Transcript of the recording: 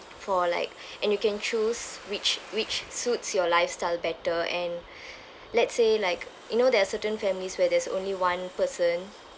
for like and you can choose which which suits your lifestyle better and let's say like you know there are certain families where there's only one person